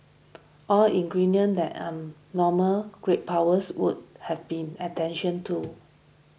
all ingredients that normal great powers would have been attention to